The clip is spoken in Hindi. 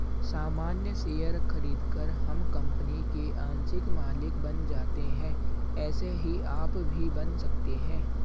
सामान्य शेयर खरीदकर हम कंपनी के आंशिक मालिक बन जाते है ऐसे ही आप भी बन सकते है